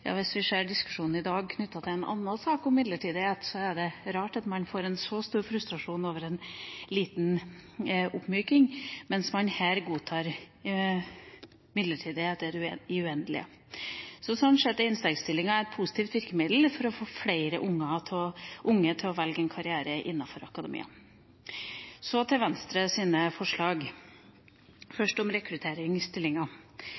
Ja, hvis vi ser diskusjonen i dag knyttet til en annen sak om midlertidighet, er det rart at man får en så stor frustrasjon over en liten oppmyking, mens man her godtar midlertidighet i det uendelige. Sånn sett er innstegsstillinger et positivt virkemiddel for å få flere unge til å velge en karriere innenfor akademia. Så til Venstres forslag.